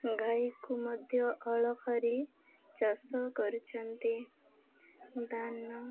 ଗାଈକୁ ମଧ୍ୟ ଅଳକରି ଚାଷ କରୁଛନ୍ତି ଧାନ